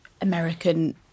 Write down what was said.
American